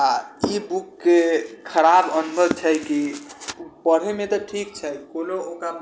आओर इ बुकके खराब अनुभव छै की उ पढ़ैमे तऽ ठीक छै कोनो ओकरा